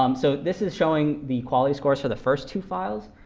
um so this is showing the quality scores for the first two files.